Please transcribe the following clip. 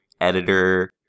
editor